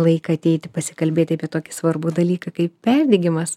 laiką ateiti pasikalbėt apie tokį svarbų dalyką kaip perdegimas